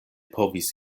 povis